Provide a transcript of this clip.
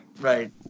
right